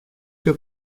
que